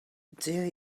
there